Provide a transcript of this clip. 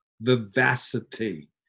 Vivacity